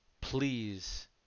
please